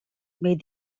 made